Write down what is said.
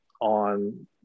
on